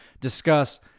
Discuss